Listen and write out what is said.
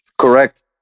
Correct